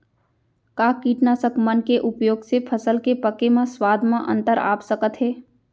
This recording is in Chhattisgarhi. का कीटनाशक मन के उपयोग से फसल के पके म स्वाद म अंतर आप सकत हे?